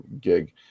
gig